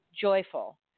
joyful